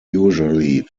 usually